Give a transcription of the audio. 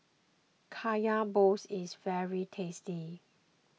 Kaya Balls is very tasty